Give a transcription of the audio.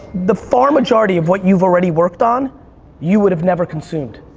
the far majority of what you've already worked on you would have never consumed.